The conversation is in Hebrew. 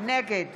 נגד